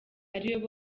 ariwe